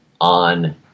on